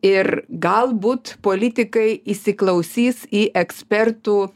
ir galbūt politikai įsiklausys į ekspertų